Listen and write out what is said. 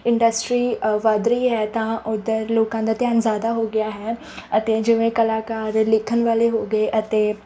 industry ਵਧ ਰਹੀ ਹੈ ਤਾਂ ਉੱਧਰ ਲੋਕਾਂ ਦਾ ਧਿਆਨ ਜ਼ਿਆਦਾ ਹੋ ਗਿਆ ਹੈ ਅਤੇ ਜਿਵੇਂ ਕਲਾਕਾਰ ਲਿਖਣ ਵਾਲੇ ਹੋ ਗਏ ਅਤੇ